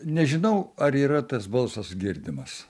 nežinau ar yra tas balsas girdimas